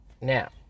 Now